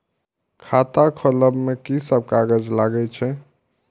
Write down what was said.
खाता खोलब में की सब कागज लगे छै?